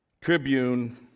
tribune